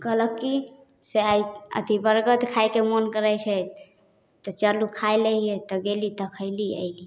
कहलक की से आइ अथी बरगर खायके मोन करै छै तऽ चलू खाय लै हियै तऽ गेली तऽ खयली अयली